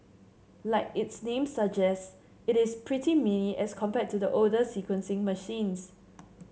like its name suggests it is pretty mini as compared to the older sequencing machines